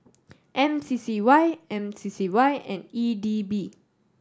M C C Y M C C Y and E D B